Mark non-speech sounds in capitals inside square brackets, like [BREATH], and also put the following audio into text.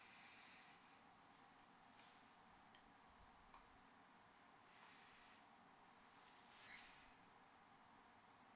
[BREATH]